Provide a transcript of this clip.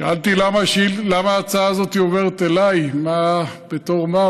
שאלתי למה ההצעה הזאת עוברת אליי, בתור מה.